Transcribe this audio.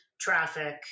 traffic